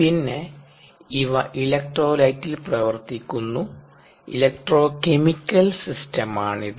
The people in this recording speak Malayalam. പിന്നെ ഇവ ഇലക്ട്രോലൈറ്റിൽ പ്രവർത്തിക്കുന്നു ഇലക്ട്രോകെമിക്കൽ സിസ്റ്റമാണിത്